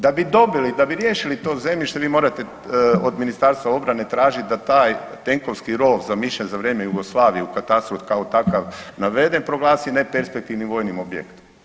Da bi dobili, da bi riješili to zemljište vi morate od Ministarstva obrane tražit da taj tenkovski rov zamišljen za vrijeme Jugoslavije u katastru kao takav naveden proglasi neperspektivnim vojnim objektom.